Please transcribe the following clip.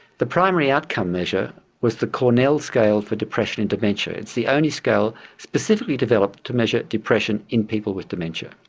the primary outcome measure was the cornell scale for depression in dementia. it's the only scale specifically developed to measure depression in people with dementia.